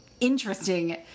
interesting